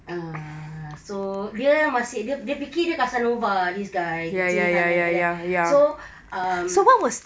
ah so dia masih dia dia fikir dia casanova this guy sana like that so um